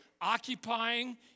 occupying